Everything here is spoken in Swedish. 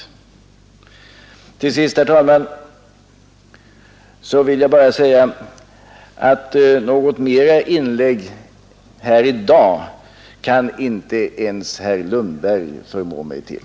Till sist, herr talman, vill jag bara säga att något mera inlägg här i dag kan inte ens herr Lundberg förmå mig till.